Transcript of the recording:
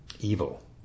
evil